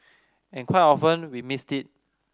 and quite often we missed it